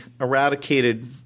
eradicated